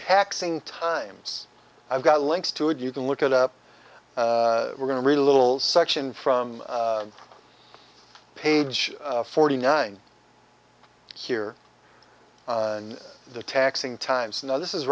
taxing times i've got links to and you can look it up we're going to read a little section from page forty nine here in the taxing times now this is